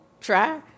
try